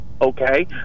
okay